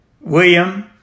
William